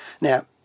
Now